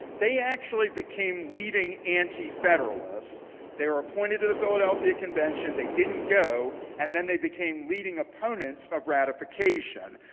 they actually became leading antifederalists. they were appointed to the philadelphia convention. they didn't go. and then they became leading opponents of ratification.